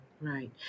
Right